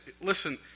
listen